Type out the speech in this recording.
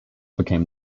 became